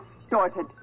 distorted